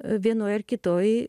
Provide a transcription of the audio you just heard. vienoj ar kitoj